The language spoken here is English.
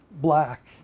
black